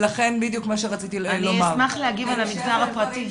אני אשמח להגיב על המגזר הפרטי.